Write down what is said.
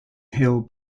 hill